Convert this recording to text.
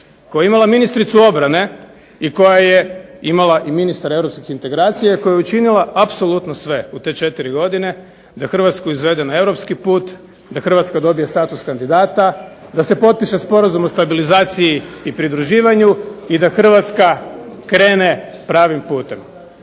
koja je imala ministricu obrane i koja je imala i ministra europskih integracija i koja je učinila apsolutno sve u te četiri godine da Hrvatsku izvede na europski put, da Hrvatska dobije status kandidata, da se potpiše Sporazum o stabilizaciji i pridruživanju i da Hrvatska krene pravim putem.